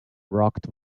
rocked